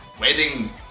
Wedding